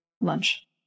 lunch